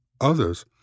Others